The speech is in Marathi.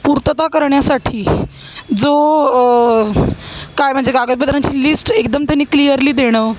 पूर्तता करण्यासाठी जो काय म्हणजे कागदपत्रांची लिस्ट एकदम त्यांनी क्लिअरली देणं